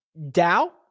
Dao